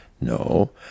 No